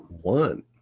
One